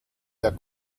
der